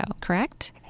correct